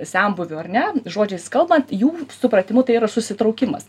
senbuvių ar ne žodžiais kalbant jų supratimu tai yra susitraukimas